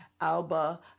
Alba